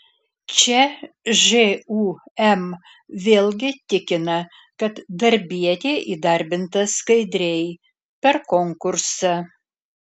čia žūm vėlgi tikina kad darbietė įdarbinta skaidriai per konkursą